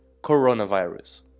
coronavirus